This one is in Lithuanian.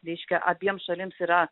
reiškia abiems šalims yra